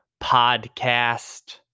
Podcast